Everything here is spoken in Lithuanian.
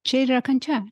čia ir yra kančia